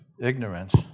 ignorance